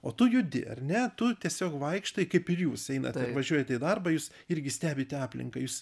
o tu judi ar ne tu tiesiog vaikštai kaip ir jūs einate važiuojate į darbą jūs irgi stebite aplinką jūs